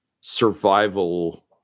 survival